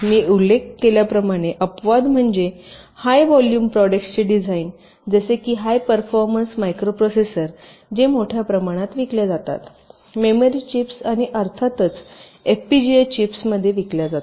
मी उल्लेख केल्याप्रमाणे अपवाद म्हणजे हाय व्हॉल्यूम प्रॉडक्ट्सचे डिझाइन जसे की हाय परफॉरमन्स मायक्रोप्रोसेसर जे मोठ्या प्रमाणात विकल्या जातात मेमरी चिप्स आणि अर्थातच एफपीजीए चिप्समध्ये विकल्या जातात